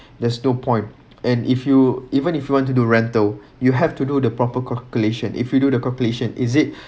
there's no point and if you even if you want to do rental you have to do the proper calculation if you do the calculation is it